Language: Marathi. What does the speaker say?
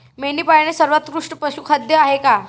मेंढी पाळणे हे सर्वोत्कृष्ट पशुखाद्य आहे का?